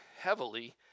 heavily